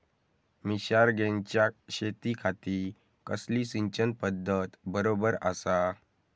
मिर्षागेंच्या शेतीखाती कसली सिंचन पध्दत बरोबर आसा?